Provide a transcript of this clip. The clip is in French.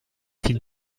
fit